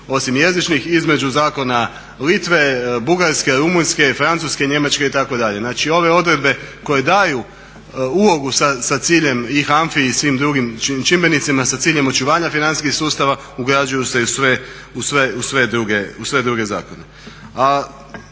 osim jezičnih, između zakona Litve, Bugarske, Rumunjske, Francuske, Njemačke itd. Znači ove odredbe koje daju ulogu sa ciljem i HANFA-i i svim drugim čimbenicima sa ciljem očuvanja financijskih sustava ugrađuju se i sve druge zakone.